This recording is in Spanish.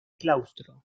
claustro